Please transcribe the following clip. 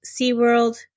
SeaWorld